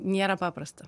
nėra paprasta